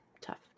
tough